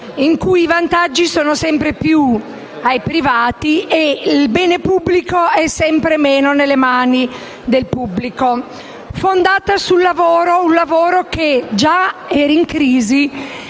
in cui i vantaggi vanno sempre più ai privati ed il bene pubblico è sempre meno nelle mani del pubblico; è fondata sul lavoro, un lavoro che già era in crisi